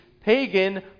pagan